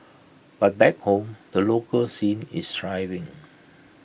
but back home the local scene is thriving